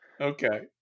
Okay